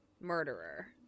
Murderer